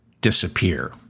disappear